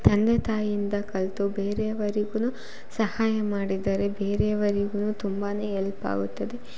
ತಂದೆ ತಾಯಿಯಿಂದ ಕಲಿತು ಬೇರೆಯವರಿಗು ಸಹಾಯ ಮಾಡಿದರೆ ಬೇರೆಯವರಿಗು ತುಂಬಾ ಎಲ್ಪ್ ಆಗುತ್ತದೆ